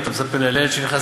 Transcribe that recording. ואתה מספר לי על ילד שנכנס,